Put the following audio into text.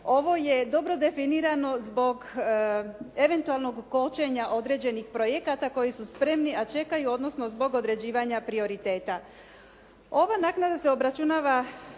Ovo je dobro definirano zbog eventualnog kočenja određenih projekata koji su spremni, a čekaju odnosno zbog određivanja prioriteta. Ova naknada se obračunava